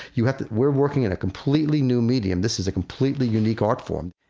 you, we're working in a completely new medium. this is a completely unique art form.